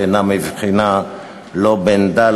שאינה מבחינה לא בעמדה,